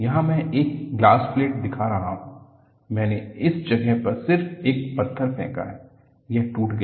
यहां मैं एक ग्लास प्लेट दिखा रहा हूं मैंने इस जगह पर सिर्फ एक पत्थर फेंका है यह टूट गया